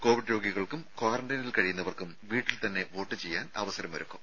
Covid രോഗികൾക്കും ക്വാറന്റൈനിൽ കഴിയുന്നവർക്കും വീട്ടിൽ തന്നെ വോട്ട് ചെയ്യാൻ അവസരമൊരുക്കും